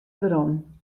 werom